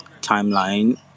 timeline